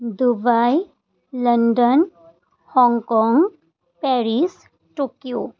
Dubai London Hong Kong Paris Tokyo